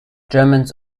germans